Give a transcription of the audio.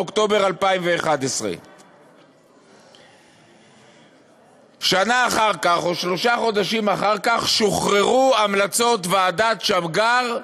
באוקטובר 2011. שלושה חודשים אחר כך שוחררו המלצות ועדת שמגר,